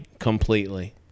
completely